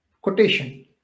Quotation